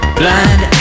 blind